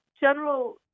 general